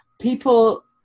people